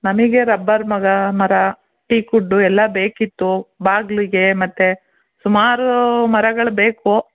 ನಮಗೆ ರಬ್ಬರ್ ಮರ ಮರ ಟೀಕ್ ಉಡ್ಡು ಎಲ್ಲ ಬೇಕಿತ್ತು ಬಾಗಿಲಿಗೆ ಮತ್ತು ಸುಮಾರು ಮರಗಳು ಬೇಕು